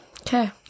Okay